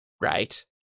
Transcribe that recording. right